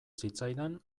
zitzaidan